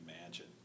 imagine